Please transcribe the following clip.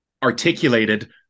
Articulated